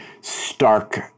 stark